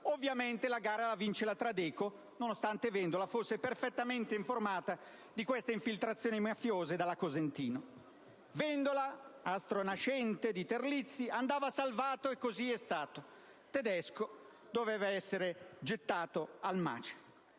Ovviamente la gara viene vinta dalla Tradeco, nonostante Vendola fosse perfettamente informato dalla Cosentino delle infiltrazioni mafiose. Vendola, astro nascente di Terlizzi, andava salvato, e così è stato; Tedesco doveva essere gettato al macero.